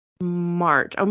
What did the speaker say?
March